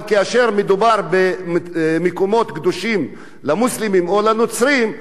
אבל כאשר מדובר במקומות קדושים למוסלמים או לנוצרים,